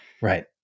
right